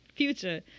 future